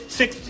six